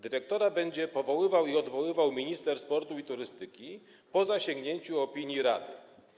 Dyrektora będzie powoływał i odwoływał minister sportu i turystyki, po zasięgnięciu opinii rady.